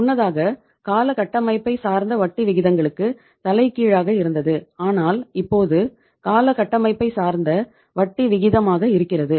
முன்னதாக கால கட்டமைப்பைச் சார்ந்த வட்டி விகிதங்களுக்கு தலைகீழாக இருந்தது ஆனால் இப்போது கால கட்டமைப்பைச் சார்ந்த வட்டி விகிதமாக இருக்கிறது